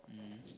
mmhmm